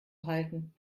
halten